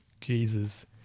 jesus